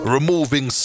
Removing